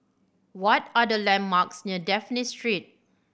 what are the landmarks near Dafne Street